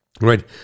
right